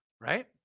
right